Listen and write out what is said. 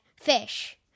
fish